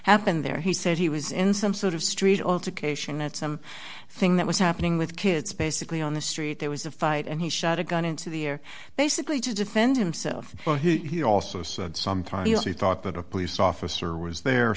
happened there he said he was in some sort of street all to cation at some thing that was happening with kids basically on the street there was a fight and he shot a gun into the air basically to defend himself but he also said sometimes he thought that a police officer was there